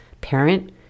parent